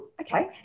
okay